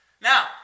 Now